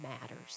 matters